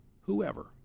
whoever